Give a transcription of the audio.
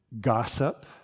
gossip